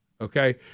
okay